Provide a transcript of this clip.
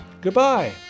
Goodbye